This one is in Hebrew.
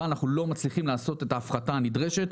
אבל אנחנו לא מצליחים לעשות את ההפחתה הנדרשת,